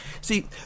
see